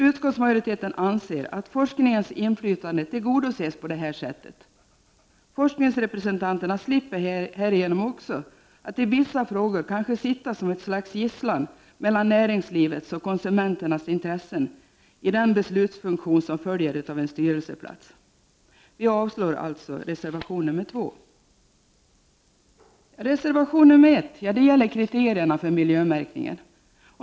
Utskottsmajoriteten anser att forskningens inflytande tillgodoses på detta sätt. Forskningsrepresentanterna slipper härigenom också att i vissa frågor kanske sitta som ett slags gisslan mellan näringslivets och konsumenternas intressen i den beslutsfunktion som följer av en styrelseplats. Reservation 1 gäller kriterierna för miljömärkningen.